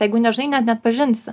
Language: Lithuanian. jeigu nežinai neatpažinsi